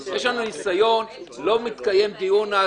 אז לא מתקיים דיון,